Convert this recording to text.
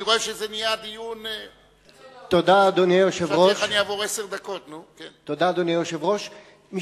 תודה, אדוני היושב-ראש.